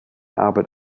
arbeit